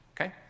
Okay